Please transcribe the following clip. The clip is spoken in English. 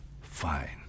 fine